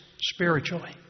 spiritually